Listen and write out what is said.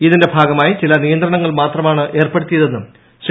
ഇതിന്റെ ഭാഗമായി ചില നിയന്ത്രണങ്ങൾ മാത്രമാണ് ഏർപ്പെടുത്തിയതെന്നും ശ്രീ